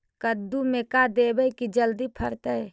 कददु मे का देबै की जल्दी फरतै?